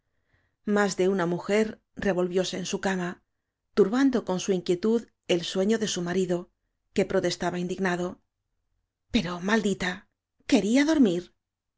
más de una mujer revolvióse en la cama turbando con su inquietud el sueño de su marido que protestaba indignado pero maldita quería dormir